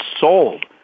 sold